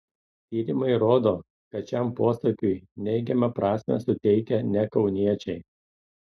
tyrimai rodo kad šiam posakiui neigiamą prasmę suteikia ne kauniečiai